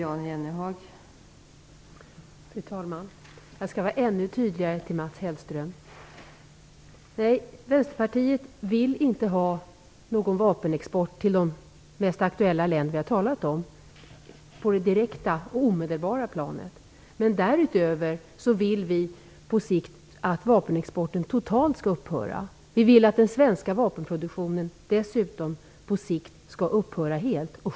Fru talman! Jag skall vara ännu tydligare. Nej, Vänsterpartiet vill inte ha någon vapenexport till de aktuella länder som vi har talat om på det direkta omedelbara planet. Men därutöver vill vi att vapenexporten på sikt totalt skall upphöra. Vi vill dessutom att den svenska vapenproduktionen på sikt skall upphöra helt.